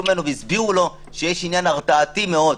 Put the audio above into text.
ממנו והסבירו לו שיש עניין הרתעתי מאוד.